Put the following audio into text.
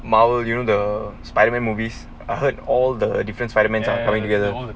marvel you know the spiderman movies I heard all the different spidermans are coming together